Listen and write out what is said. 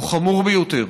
הוא חמור ביותר.